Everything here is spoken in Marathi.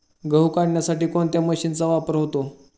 गहू काढण्यासाठी कोणत्या मशीनचा वापर होतो?